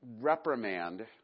reprimand